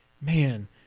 man